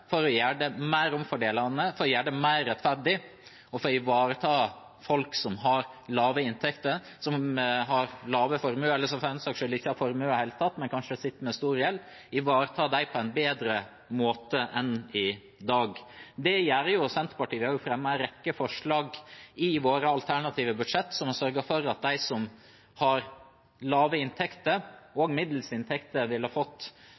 for å gjøre det mer omfordelende, for å gjøre det mer rettferdig og for å ivareta folk som har lave inntekter og små formuer – eller som for den saks skyld ikke har formue i det hele tatt, men kanskje sitter med stor gjeld – på en bedre måte enn i dag. Det gjør Senterpartiet. Vi har fremmet en rekke forslag i våre alternative budsjetter som kunne sørget for at de som har lave og middels inntekter, hadde fått